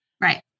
Right